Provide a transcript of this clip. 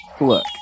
look